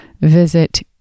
visit